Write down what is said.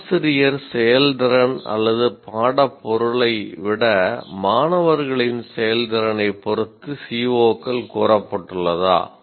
ஆசிரியர் செயல்திறன் அல்லது பாட பொருளை விட மாணவர்களின் செயல்திறனைப் பொருத்து CO கள் கூறப்பட்டுள்ளதா